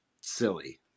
silly